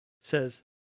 says